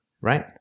right